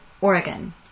Oregon